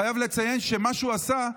חייב לציין שמה שהוא עשה,